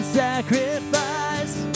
sacrifice